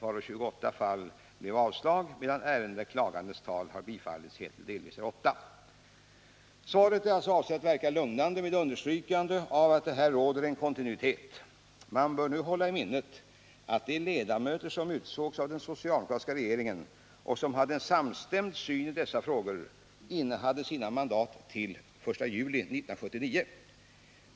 I 28 fall blev det avslag, medan antalet ärenden där klagandens talan har bifallits helt eller delvis är 8. Svaret är alltså avsett att verka lugnande med understrykande av att här råder en kontinuitet. Man bör nu hålla i minnet att de ledamöter som utsågs av den socialdemokratiska regeringen — och som hade en samstämd syn i dessa frågor — innehade sina mandat till den 1 juli 1979.